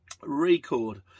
Record